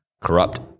corrupt